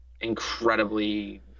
incredibly